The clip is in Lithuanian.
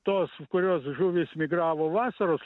tos kurios žuvys migravo vasaros